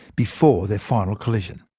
before their final collision.